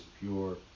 pure